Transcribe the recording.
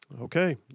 Okay